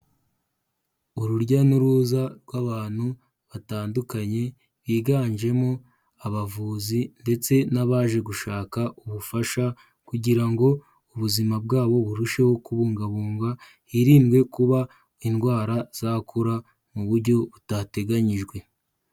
Urujya n'uruza rw'abantu batandukanye, biganjemo abavuzi ndetse n'abaje gushaka ubufasha kugira ngo ubuzima bwabo burusheho kubungabunga, hirindwe kuba indwara zakura mu buryo butateganyijwe.